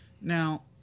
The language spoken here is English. Now